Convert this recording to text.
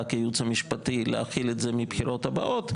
כייעוץ המשפטי להחיל את זה מהבחירות הבאות,